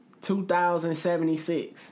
2076